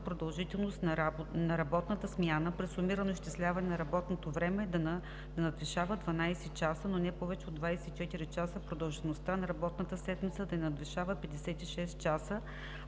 продължителност на работната смяна при сумирано изчисляване на работното време да надвишава 12 часа, но не повече от 24 часа, продължителността на работната седмица да не надвишава 56 часа,